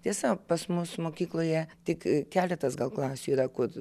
tiesa pas mus mokykloje tik keletas gal klasių yra kur